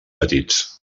petits